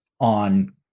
on